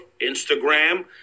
Instagram